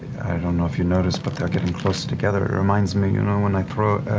don't know if you noticed, but they're getting closer together. it reminds me. you know when i throw